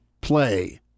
play